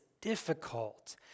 difficult